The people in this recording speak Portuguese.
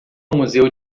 museu